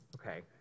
Okay